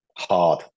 hard